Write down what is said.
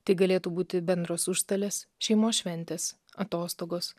tai galėtų būti bendros užstalės šeimos šventės atostogos